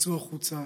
יצאו החוצה,